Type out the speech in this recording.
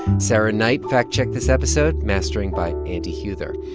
sarah knight fact-checked this episode. mastering by andy huether.